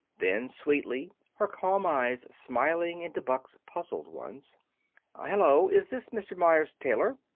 then, sweetly, her calm eyes smiling into buck's puzzled ones hello! is this mr. meyers' tailor?